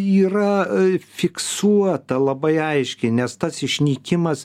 yra fiksuota labai aiškiai nes tas išnykimas